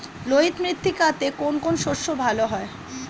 লোহিত মৃত্তিকাতে কোন কোন শস্য ভালো হয়?